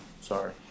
Sorry